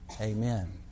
Amen